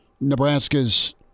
Nebraska's